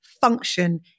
function